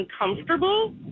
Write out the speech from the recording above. uncomfortable